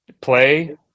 play